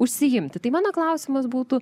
užsiimti tai mano klausimas būtų